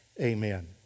Amen